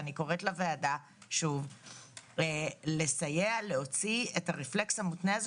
אני שוב קוראת לוועדה לסייע להוציא את הרפלקס המותנה הזה